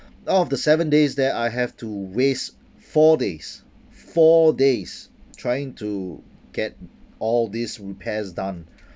out of the seven days there I have to waste four days four days trying to get all these repairs done